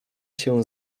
się